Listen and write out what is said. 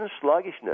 sluggishness